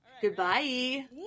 Goodbye